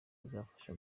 izafasha